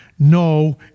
No